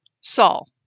Saul